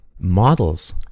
models